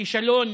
כישלון